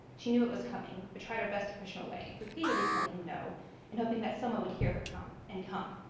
she knew what was coming but tried her best to push him away, repeatedly telling him no and hoping that someone would hear her and come.